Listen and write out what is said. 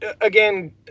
again